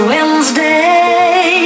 Wednesday